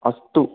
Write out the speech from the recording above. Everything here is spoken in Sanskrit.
अस्तु